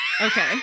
Okay